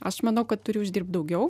aš manau kad turi uždirbt daugiau